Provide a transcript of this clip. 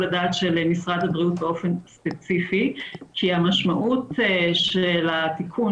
הדעת של משרד הבריאות באופן ספציפי כי המשמעות של התיקון